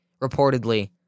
reportedly